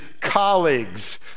colleagues